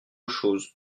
chose